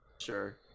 sure